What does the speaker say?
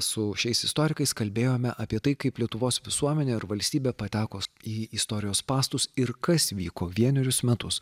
su šiais istorikais kalbėjome apie tai kaip lietuvos visuomenė ar valstybė pateko į istorijos spąstus ir kas vyko vienerius metus